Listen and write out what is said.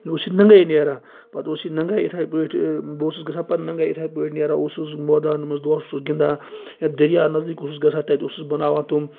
یہِ اوس یہ نگَے نِیران پَتہ اوس یہِ نَگے یِتھے پٲٹھۍ بہٕ اوسُس گَژھان پَتہٕ نَگے یِتھے پٲٹھۍ نیران اوسُس بہٕ مٲدان منٛز دۄہَس اوسُس گِنٛدان یا دٔریاو نَزدیک اوسُس گَژھان تَتہِ اوسُس بَناوان تِم